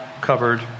covered